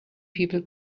people